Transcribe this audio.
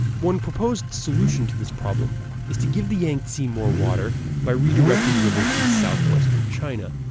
one proposed solution to this problem is to give the yangtze more water by redirecting rivers in southwestern china.